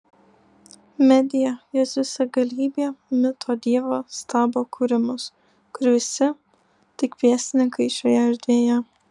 medija jos visagalybė mito dievo stabo kūrimas kur visi tik pėstininkai šioje erdvėje